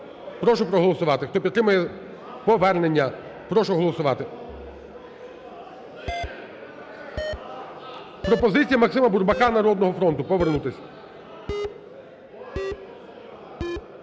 Прошу проголосувати, хто підтримує повернення. Прошу голосувати. Пропозиція Максима Бурбака, "Народного фронту", повернутись.